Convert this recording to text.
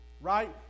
Right